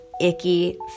icky